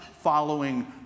following